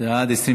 את הצעת